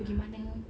pergi mana